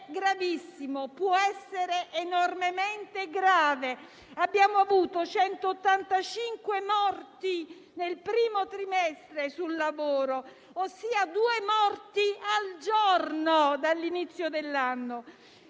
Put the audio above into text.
gravissimo, può essere enormemente grave. Abbiamo avuto 185 morti sul lavoro nel primo trimestre, ossia due morti al giorno dall'inizio dell'anno.